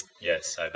Yes